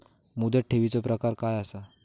मुदत ठेवीचो प्रकार काय असा?